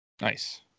Nice